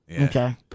Okay